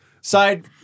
side